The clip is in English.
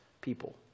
people